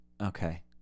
Okay